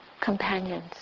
companions